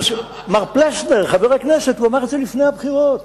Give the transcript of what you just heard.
מר פלסנר, חבר הכנסת, הוא אמר את זה לפני הבחירות.